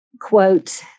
quote